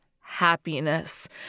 happiness